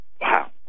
Wow